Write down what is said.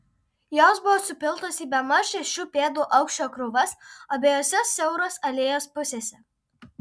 jos buvo supiltos į bemaž šešių pėdų aukščio krūvas abiejose siauros alėjos pusėse